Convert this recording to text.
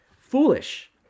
Foolish